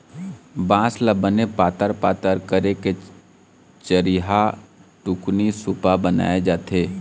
बांस ल बने पातर पातर करके चरिहा, टुकनी, सुपा बनाए जाथे